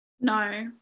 No